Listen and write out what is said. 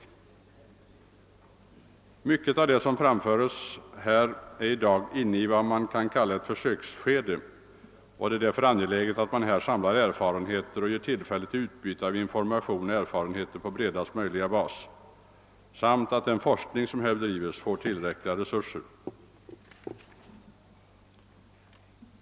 Mycket av det som här framföres är i dag inne i vad man kan kalla ett försöksskede, och det är därför angeläget att man samlar erfarenheter och ger tillfälle till utbyte av information och erfarenheter på bredaste möjliga bas samt att den forskning som bedrivs får tillräckliga resurser.